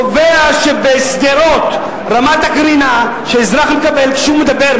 קובע שבשדרות רמת הקרינה שאזרח מקבל כשהוא מדבר,